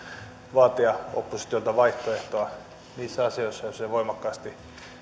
vaatia oppositiolta vaihtoehtoa niissä asioissa joissa se voimakkaasti